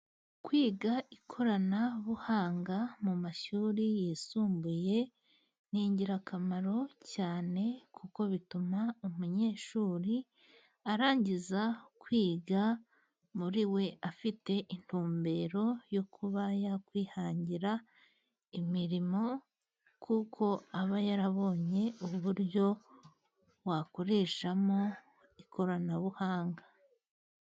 Kwiga ikoranabuhanga mu mashuri yisumbuye ni ingirakamaro cyane, kuko bituma umunyeshuri arangiza kwiga muri we afite intumbero yo kuba yakwihangira imirimo, kuko aba yarabonye uburyo wakoreshamo ikoranabuhanga.